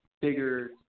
bigger